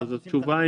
ואז עושים תחקיר.